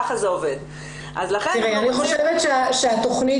כך זה עובד --- אני חושבת שהתכנית